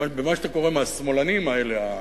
מה שאתם קוראים השמאלנים האלה,